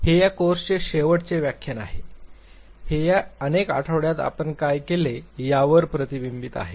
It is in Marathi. हे या कोर्सचे शेवटचे व्याख्यान आहे या अनेक आठवड्यांत आपण काय केले यावर हे प्रतिबिंबित होते